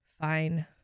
Fine